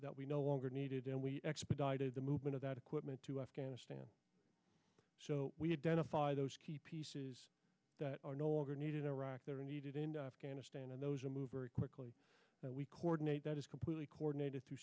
that we no longer needed and we expedited the movement of that equipment to afghanistan so we had data by those key pieces that are no longer needed iraq that are needed in afghanistan and those are move very quickly that we coordinate that is completely coordinated through